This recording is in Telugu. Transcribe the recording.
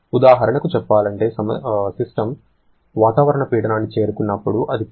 ఉదాహరణకు చెప్పాలంటే సిస్టమ్ వాతావరణ పీడనాన్ని చేరుకున్నప్పుడు అది 10 మీటర్ సెకండ్ వేగంతో ఉంటుంది